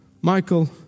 Michael